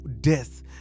death